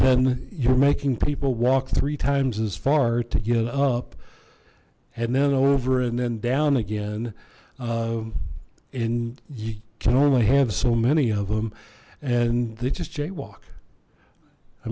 then you're making people walk three times as far to get up and then over and then down again and you can only have so many of them and they just jaywalk i